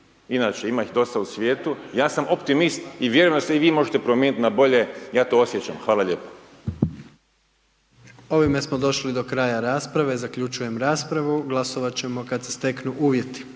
inače ima ih dosta u svijetu, ja sam optimist i vjerujem da se i vi možete promijeniti na bolje, ja to osjećam. Hvala lijepo. **Jandroković, Gordan (HDZ)** Ovime smo došli do kraja rasprave, zaključujemo raspravu, glasovat ćemo kad se steknu uvjeti.